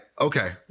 okay